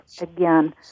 again